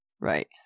Right